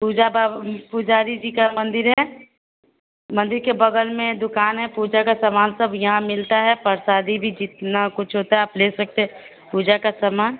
पूजा पुजारी जी का मंदिर है मंदिर के बगल में दुकान है पूजा का सामान सब यहाँ मिलता है प्रशादी भी जितना कुछ होता है आप ले सकते पूजा का समान